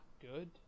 good